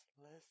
list